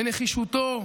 ונחישותו.